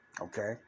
Okay